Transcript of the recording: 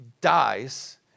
dies